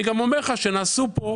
אני אומר לך שנעשו פה,